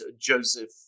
Joseph